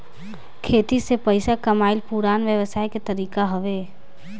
खेती से पइसा कमाइल पुरान व्यवसाय के तरीका हवे